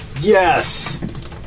Yes